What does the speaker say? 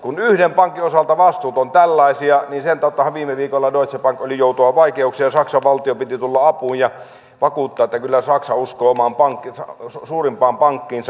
kun yhden pankin osalta vastuut ovat tällaisia niin sen kauttahan viime viikolla deutsche bank oli joutua vaikeuksiin ja saksan valtion piti tulla apuun ja vakuuttaa että kyllä saksa uskoo omaan suurimpaan pankkiinsa